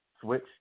switch